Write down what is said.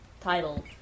title